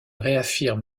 réaffirme